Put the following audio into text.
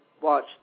watch